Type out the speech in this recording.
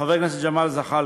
חבר הכנסת ג'מאל זחאלקה,